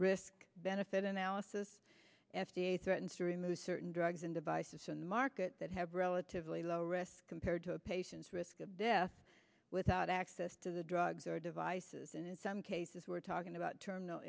risk benefit analysis f d a threatens to remove certain drugs and devices and market that have relatively low risk compared to a patient's risk of death without access to the drugs or devices and in some cases we're talking about terminal